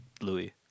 Louis